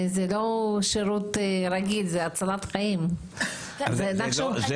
הפתרונות יכולים להיות או הטסה של החולה או הטסה של